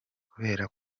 kubera